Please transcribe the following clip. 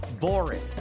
boring